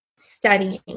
studying